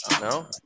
No